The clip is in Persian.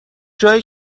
جایی